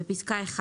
בפסקה (1),